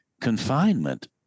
confinement